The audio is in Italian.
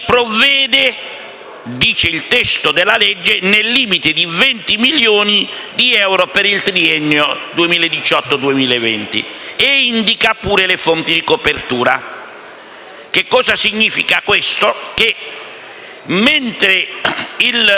provvede», dice il testo della legge, «nel limite di 20 milioni di euro per il triennio 2018-2020» e indica anche le fonti di copertura. Questo significa che, mentre il